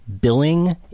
billing